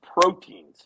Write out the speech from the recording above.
proteins